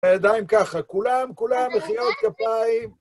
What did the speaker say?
עדיין ככה, כולם, כולם, מחיאות כפיים.